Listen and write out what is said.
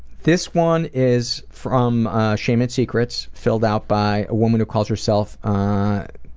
this one is from ah shame and secrets filled out by a woman who calls herself